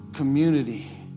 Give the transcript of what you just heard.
Community